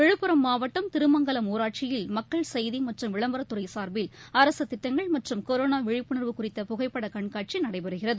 விழுப்புரம் மாவட்டம் திருமங்கலம் ஊராட்சியில் மக்கள் செய்தி மற்றும் விளம்பரத் துறை சார்பில் அரசு திட்டங்கள் மற்றும் கொரோனா விழிப்புணர்வு குறித்த புகைப்பட கண்காட்சி நடைபெறுகிறது